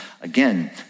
Again